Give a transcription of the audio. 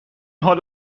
حال